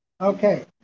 Okay